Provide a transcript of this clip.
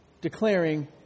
declaring